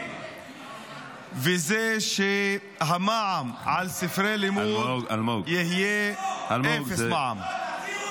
וזה שהמע"מ על ספרי לימוד יהיה -- חוטף אלרגיה.